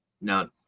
Now